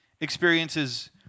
experiences